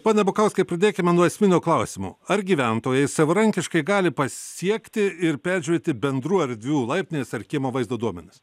pone bukauskai pradėkime nuo esminio klausimo ar gyventojai savarankiškai gali pasiekti ir peržiūrėti bendrų erdvių laiptinės ar kiemo vaizdo duomenis